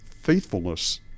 faithfulness